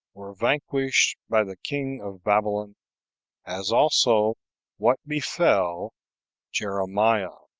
were vanquished by the king of babylon as also what befell jeremiah.